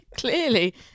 Clearly